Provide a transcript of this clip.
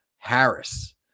Harris